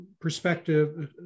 perspective